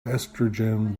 estrogen